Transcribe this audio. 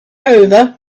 over